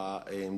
הוא